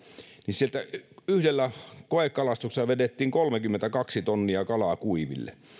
sieltä yhdellä koekalastuksella vedettiin kolmekymmentäkaksi tonnia kalaa kuiville